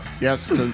Yes